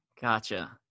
Gotcha